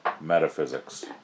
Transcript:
Metaphysics